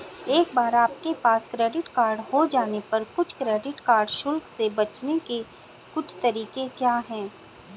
एक बार आपके पास क्रेडिट कार्ड हो जाने पर कुछ क्रेडिट कार्ड शुल्क से बचने के कुछ तरीके क्या हैं?